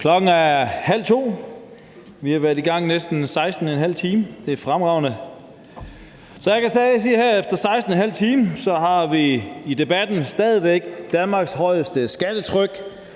Klokken er halv to, og vi har været i gang i næsten 16½ time. Det er fremragende. Og jeg kan sige, at efter 16½ times debat har vi stadig væk Danmarks højeste skattetryk,